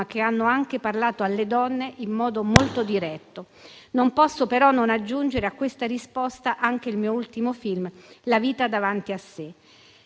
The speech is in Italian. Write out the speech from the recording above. che hanno anche parlato alle donne in modo molto diretto. Non posso però non aggiungere a questa risposta anche il mio ultimo film, "La vita davanti a sé"».